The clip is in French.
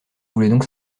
voulaient